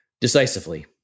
Decisively